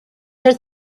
there